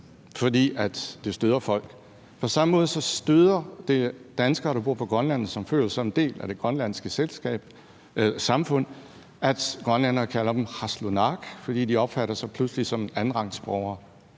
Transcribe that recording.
fordi det støder folk. På samme måde støder det danskere, der bor på Grønland, og som føler sig som en del af det grønlandske samfund, at grønlændere kalder dem qallunaaq, fordi de pludselig opfatter sig som andenrangsborgere.